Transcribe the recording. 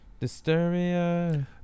Disturbia